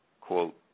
quote